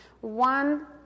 One